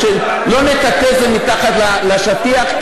ושלא נטאטא את זה מתחת לשטיח,